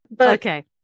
okay